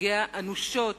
שפוגע אנושות